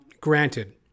granted